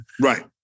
Right